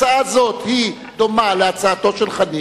הצעה זו דומה להצעתו של חנין,